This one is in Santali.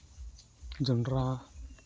ᱡᱚᱸᱰᱨᱟ